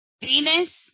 Venus